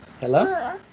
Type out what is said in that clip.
Hello